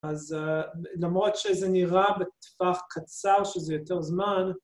‫אז למרות שזה נראה בטווח קצר, ‫שזה יותר זמן...